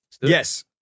Yes